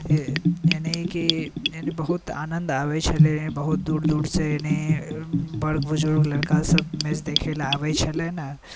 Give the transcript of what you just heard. एनाहे कि बहुत आनन्द आबै छलै बहुत दूर दूर सऽ एने बड़ बुज़ुर्ग लड़का सभ मैच देखैला आबै छलै ने